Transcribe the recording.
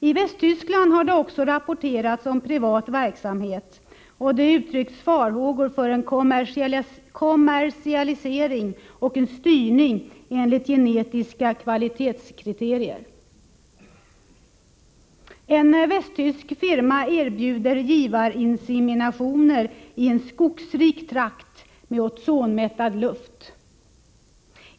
I Västtyskland har det också rapporterats om privat verksamhet, och det har uttryckts farhågor för en kommersialisering och en styrning enligt genetiska kvalitetskriterier. En västtysk firma erbjuder givarinseminationer i en skogrik trakt med ozonmättad luft.